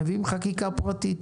חברי כנסת מביאים חקיקה פרטית.